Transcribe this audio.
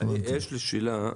יש לי שאלה.